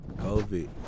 COVID